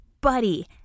buddy